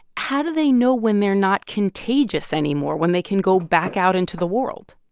how do they know when they're not contagious anymore, when they can go back out into the world?